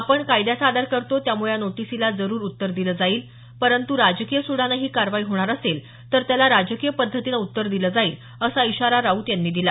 आपण कायद्याचा आदर करतो त्यामुळे या नोटीसला जरुर उत्तर दिलं जाईल परंतु राजकीय सूडानं ही कारवाई होणार असेल तर त्याला राजकीय पद्धतीनं उत्तर दिलं जाईल असा इशारा राऊत यांनी दिला